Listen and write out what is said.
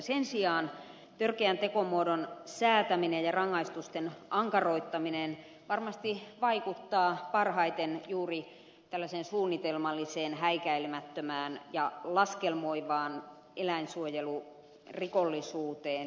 sen sijaan törkeän tekomuodon säätäminen ja rangaistusten ankaroittaminen varmasti vaikuttavat parhaiten juuri tällaiseen suunnitelmalliseen häikäilemättömään ja laskelmoivaan eläinsuojelurikollisuuteen